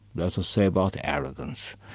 let us say about arrogance,